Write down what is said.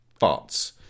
farts